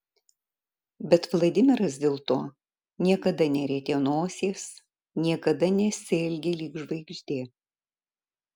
bet vladimiras dėl to niekada nerietė nosies niekada nesielgė lyg žvaigždė